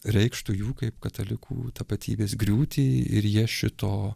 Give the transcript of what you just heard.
reikštų jų kaip katalikų tapatybės griūtį ir jie šito